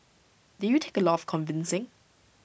did you take A lot of convincing